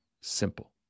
simple